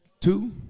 two